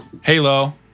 Halo